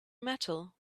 metal